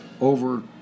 over